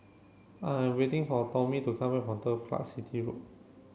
I am waiting for Tommie to come back from Turf Car City Road